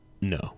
No